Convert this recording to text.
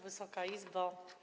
Wysoka Izbo!